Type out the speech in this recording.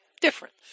Different